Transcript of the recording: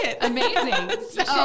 Amazing